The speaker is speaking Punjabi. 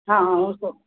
ਹਾਂ ਉਸ ਤੋ